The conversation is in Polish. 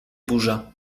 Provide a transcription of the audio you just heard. burza